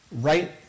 right